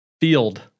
Field